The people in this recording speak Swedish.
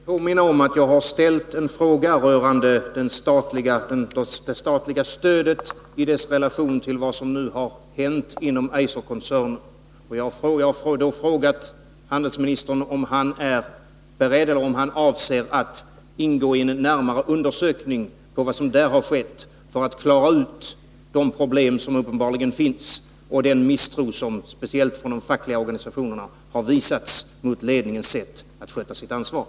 Herr talman! Tillåt mig påminna om att jag har ställt en fråga rörande det statliga stödet i dess relation till vad som nu har hänt inom Eiserkoncernen. Jag har då frågat handelsministern om han avser att genomföra en närmare undersökning av vad som där har skett för att klara ut de problem som uppenbarligen finns och den misstro som speciellt från de fackliga organisationernas sida har visats mot ledningens sätt att sköta sitt ansvar.